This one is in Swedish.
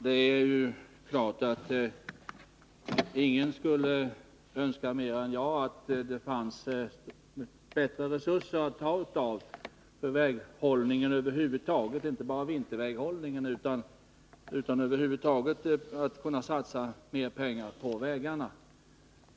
Herr talman! Ingen skulle önska mer än jag att det fanns mer resurser att ta av för väghållningen — inte bara för vinterväghållningen utan över huvud taget för att kunna satsa mer pengar på vägarna.